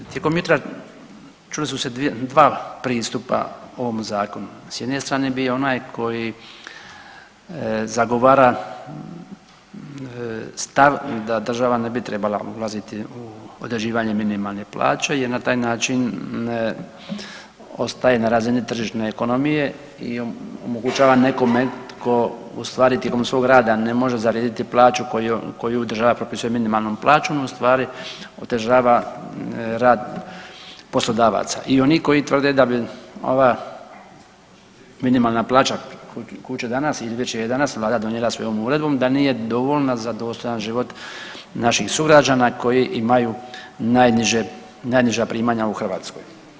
Tijekom jutra čula su se dva pristupa ovom zakonu, s jedne strane je bio onaj koji zagovara stav da država ne bi trebala ulaziti u određivanje minimalne plaće jer na taj način ostaje na razini tržišne ekonomije i omogućava nekome tko u stvari tijekom svog rada ne može zaraditi plaću koju država propisuje minimalnom plaćom u stvari otežava rad poslodavaca i oni koji tvrde da bi ova minimalna plaća koju će danas … [[Govornik se ne razumije]] je danas vlada donijela svojom uredbom da nije dovoljna za dostojan život naših sugrađana koji imaju najniža primanja u Hrvatskoj.